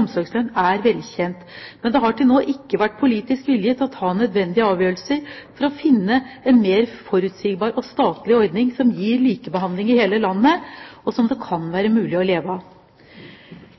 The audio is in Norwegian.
omsorgslønn er velkjent, men det har til nå ikke vært politisk vilje til å ta nødvendige avgjørelser for å finne en mer forutsigbar og statlig ordning som gir likebehandling i hele landet, og som det kan være mulig å leve av.